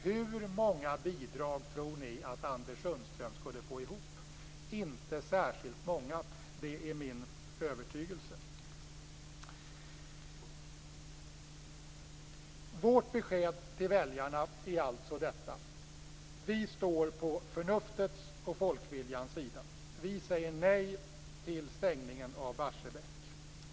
Hur många bidrag tror ni att Anders Sundström skulle få ihop? Min övertygelse är att det inte skulle bli särskilt många. Vårt besked till väljarna är alltså detta: Vi står på förnuftets och folkets sida. Vi säger nej till stängningen av Barsebäck.